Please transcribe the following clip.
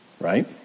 Right